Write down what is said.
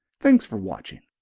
thanks for watching.